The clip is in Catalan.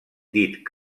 dit